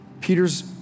Peter's